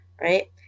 right